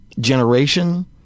generation